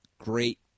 great